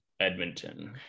Edmonton